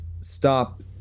stop